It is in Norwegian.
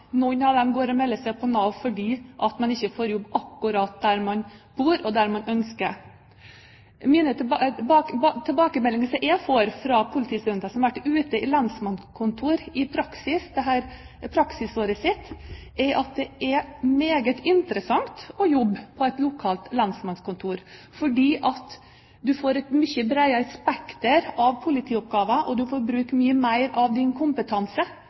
noen nyutdannede i dag går og melder seg til Nav fordi de ikke får jobb akkurat der de bor, og der de ønsker. Tilbakemeldinger som jeg får fra politistudenter som har vært ute i lensmannskontor i praksisåret sitt, er at det er meget interessant å jobbe på et lokalt lensmannskontor, fordi man får et mye bredere spekter av politioppgaver, og man får brukt mye mer av sin kompetanse